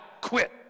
quit